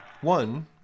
One